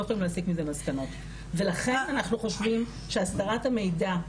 יכולים להסיק מזה מסקנות" ולכן אנחנו חושבים שאסדרת המידע,